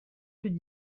plus